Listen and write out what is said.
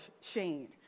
Shane